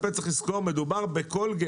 צריך לזכור שלגבי הפה מדובר בקולגייט.